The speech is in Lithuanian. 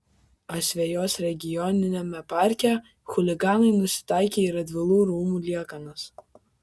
asvejos regioniniame parke chuliganai nusitaikė į radvilų rūmų liekanas